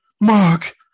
Mark